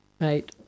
Right